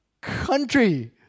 country